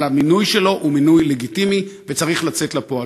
אבל המינוי שלו הוא מינוי לגיטימי וצריך לצאת לפועל.